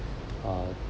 uh